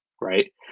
right